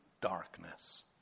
darkness